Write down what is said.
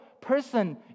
person